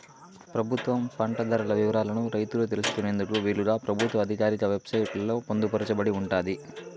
ప్రభుత్వం పంట ధరల వివరాలను రైతులు తెలుసుకునేందుకు వీలుగా ప్రభుత్వ ఆధికారిక వెబ్ సైట్ లలో పొందుపరచబడి ఉంటాది